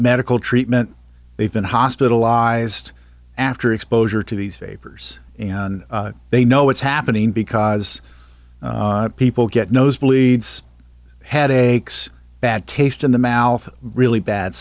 medical treatment they've been hospitalized after exposure to these papers and they know what's happening because people get nosebleeds had a bad taste in the mouth really bad